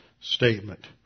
statement